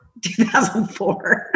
2004